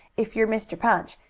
if you're mr. punch,